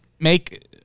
make